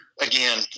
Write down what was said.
again